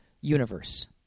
universe